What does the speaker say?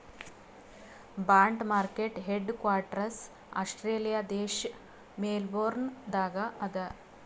bond market head quarters Australia ದೇಶ್ Melbourne ದಾಗ್ ಅದಾ